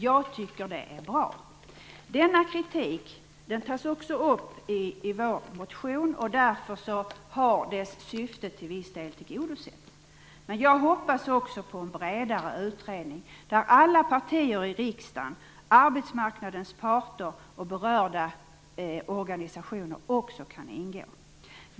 Jag tycker att det är bra. Denna kritik tas också upp i Socialdemokraternas motion, och därför har dess syfte till viss del tillgodosetts. Jag hoppas på en bredare utredning där alla partier i riksdagen, arbetsmarknadens parter och berörda organisationer kan ingå.